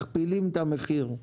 מכפילים את המחיר.